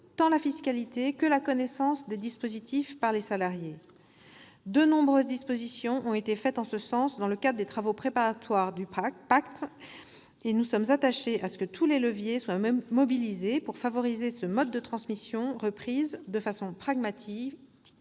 tant la fiscalité que la connaissance des dispositifs par les salariés. De nombreuses propositions ont été formulées en ce sens dans le cadre des travaux préparatoires du projet de loi PACTE ; nous sommes attachés à ce que tous les leviers soient mobilisés pour favoriser ce mode de transmission de façon pragmatique